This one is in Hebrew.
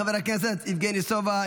חבר הכנסת יבגני סובה,